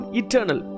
eternal